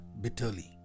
bitterly